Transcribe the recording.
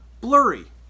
blurry